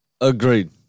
agreed